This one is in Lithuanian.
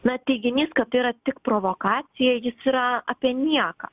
na teiginys kad tai yra tik provokacija jis yra apie nieką